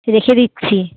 রেখে দিচ্ছি